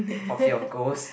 for fear of ghost